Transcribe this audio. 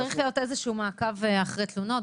צריך להיות איזשהו מעקב אחרי תלונות,